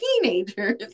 teenagers